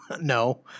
no